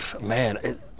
man